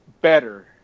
better